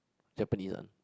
Japanese one